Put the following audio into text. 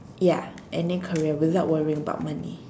ya any career without worrying about money